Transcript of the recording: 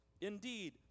Indeed